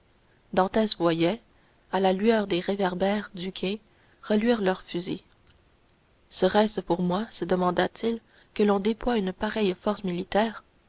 dantès voyait à la lueur des réverbères du quai reluire leurs fusils serait-ce pour moi se demanda-t-il que l'on déploie une pareille force